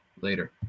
later